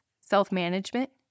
self-management